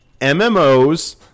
MMOs